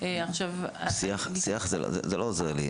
שיח זה לא עוזר לי.